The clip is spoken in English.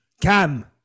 cam